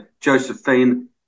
Josephine